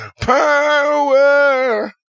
power